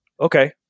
Okay